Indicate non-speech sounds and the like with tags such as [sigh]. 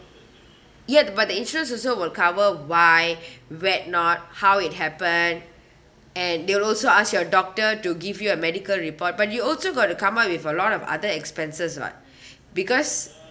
yet but the insurance also will cover why [breath] where not how it happened and they will also ask your doctor to give you a medical report but you also got to come up with a lot of other expenses [what] [breath] because